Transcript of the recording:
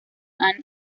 anne